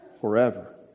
forever